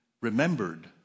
remembered